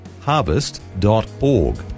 harvest.org